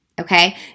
Okay